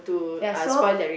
ya so